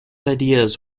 ideas